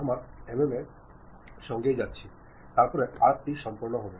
আমরা mm এর সঙ্গেই যাচ্ছি তারপরে আর্ক টি সম্পন্ন হবে